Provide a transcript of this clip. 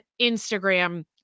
Instagram